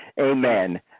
amen